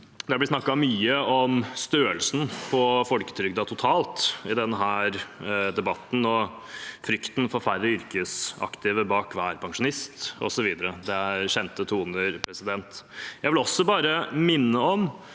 Det har blitt snakket mye om størrelsen på folketrygden totalt i denne debatten og frykten for færre yrkesaktive bak hver pensjonist osv. Det er kjente toner. Jeg vil bare minne om